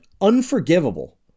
unforgivable